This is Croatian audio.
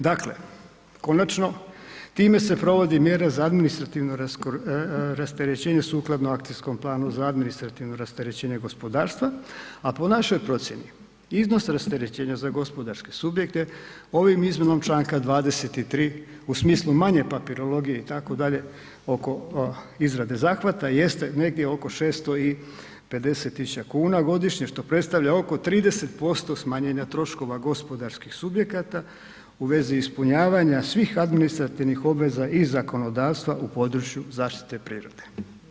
Dakle, konačno time se provodi mjere za administrativno rasterećenje sukladno akcijskom planu za administrativno rasterećenje gospodarstva, a po našoj procijeni iznos rasterećenja za gospodarske subjekte ovim izmjenom čl. 23. u smislu manje papirologije itd. oko izrade zahvata jeste negdje oko 650.000,00 kn godišnje, što predstavlja oko 30% smanjenja troškova gospodarskih subjekata u vezi ispunjavanja svih administrativnih obveza iz zakonodavstva u području zaštite prirode.